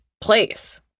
place